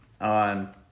on